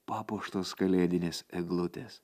papuoštos kalėdinės eglutės